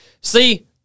See